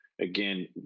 Again